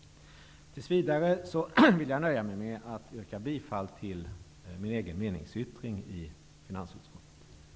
Tills vidare vill jag nöja mig med att yrka bifall till min egen meningsyttring till finansutskottets betänkande.